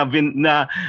na-